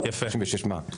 36 מה?